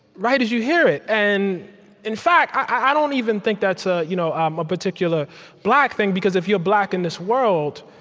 write as you hear it and in fact, i don't even think that's a you know um a particular black thing, because if you're black in this world,